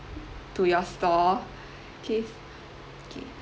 to your store K K